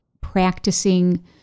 practicing